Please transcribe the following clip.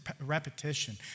repetition